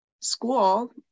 school